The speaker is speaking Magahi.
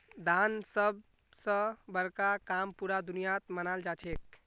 दान सब स बड़का काम पूरा दुनियात मनाल जाछेक